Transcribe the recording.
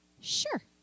sure